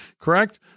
Correct